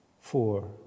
Four